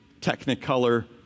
Technicolor